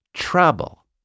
trouble